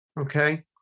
Okay